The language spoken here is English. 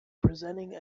presenting